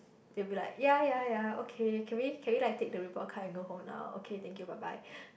they will like ya ya ya okay can we can we like take the report card and go home now okay thank you bye bye